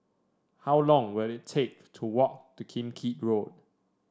how long will it take to walk to Kim Keat Road